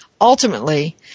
ultimately